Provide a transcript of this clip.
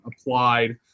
applied